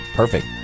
Perfect